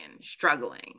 struggling